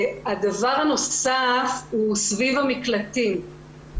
הדבר הנוסף הוא סביב המקלטים.